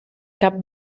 cap